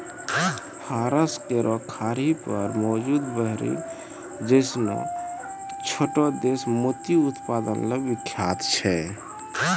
फारस केरो खाड़ी पर मौजूद बहरीन जैसनो छोटो देश मोती उत्पादन ल विख्यात छै